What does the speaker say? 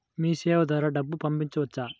మీసేవ ద్వారా డబ్బు పంపవచ్చా?